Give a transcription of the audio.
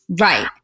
Right